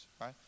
right